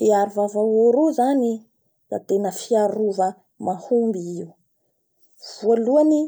I aro vava oro io zany da tena fiarova mahomby i io. voalohany